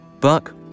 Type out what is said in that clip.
Buck